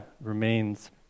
remains